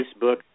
Facebook